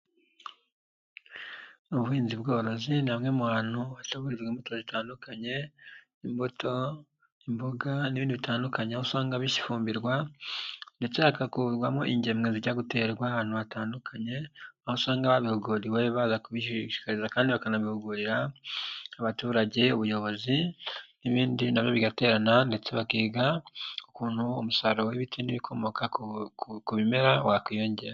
Ubuhinzi bworozi ni hamwe mu bantu hategurirwa imbuto zitandukanye imbuto, imboga n'ibindi bitandukanye aho usanga bifumbirwa ndetse hagakurwamo ingemwe zijya guterwa ahantu hatandukanye, aho usanga ababihuguriwe baza kubishikariza kandi bakanabihugurira abaturage, ubuyobozi n'ibindi nabo bagaterana ndetse bakiga ukuntu umusaruro w'ibiti n'ibikomoka ku bimera wakwiyongera.